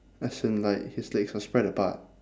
as in like his legs are spread apart